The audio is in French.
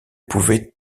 pouvait